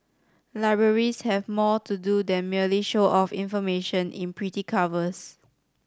libraries have more to do than merely show off information in pretty covers